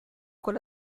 con